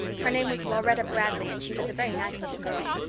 her name was laurette bradley, and she was a very nice little girl.